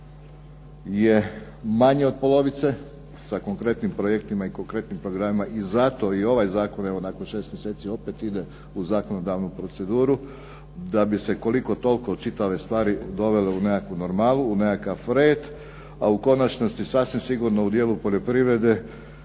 je manji od polovice sa konkretnim projektima i konkretnim programima i zato i ovaj zakon nakon 6 mjeseci opet ide u zakonodavnu proceduru da bi se koliko toliko čitave stvari dovele u nekakvu normalu u nekakav red, a u konačnosti sasvim sigurno u djelu poljoprivrede